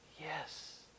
yes